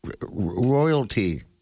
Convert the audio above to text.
royalty